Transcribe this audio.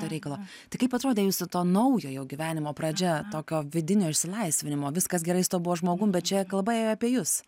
be reikalo tai kaip atrodė jūsų to naujojo gyvenimo pradžia tokio vidinio išsilaisvinimo viskas gerai su tuo buvo žmogum bet čia kalba ėjo apie jus